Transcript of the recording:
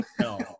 No